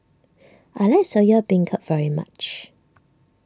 I like Soya Beancurd very much